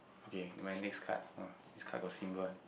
okay my next card !wow! this card got symbol one